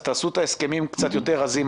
אז תעשו את ההסכמים קצת יותר רזים,